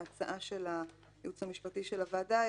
ההצעה של הייעוץ המשפטי של הוועדה היא